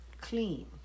clean